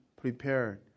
prepared